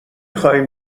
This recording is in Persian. خوایم